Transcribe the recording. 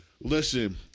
Listen